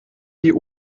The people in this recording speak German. die